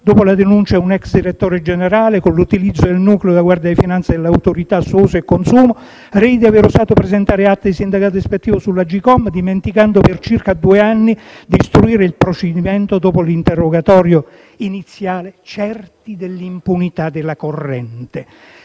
dopo la denuncia di un ex direttore generale, con l'utilizzo del nucleo della Guardia di finanza e dell'autorità a suo uso e consumo, rei di aver osato presentare atti di sindacato ispettivo sull'Agcom, dimenticando per circa due anni di istruire il procedimento dopo l'interrogatorio iniziale e certi dell'impunità della corrente.